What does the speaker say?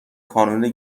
کانون